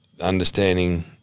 understanding